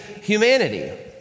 humanity